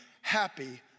happy